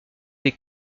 des